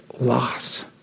loss